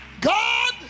God